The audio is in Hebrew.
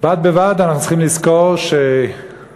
בד בבד אנחנו צריכים לזכור שאסור